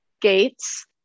Gates